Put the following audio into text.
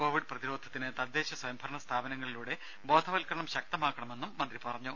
Covid പ്രതിരോധത്തിന് തദ്ദേശ സ്വയംഭരണ സ്ഥാപനങ്ങളിലൂടെ ബോധവത്ക്കരണം ശക്തമാക്കണമെന്നും മന്ത്രി പറഞ്ഞു